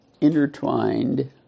intertwined